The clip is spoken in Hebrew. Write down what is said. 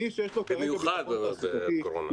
במיוחד בעת קורונה.